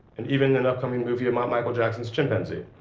and even an upcoming movie about michael jackson's chimpanzee.